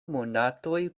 monatoj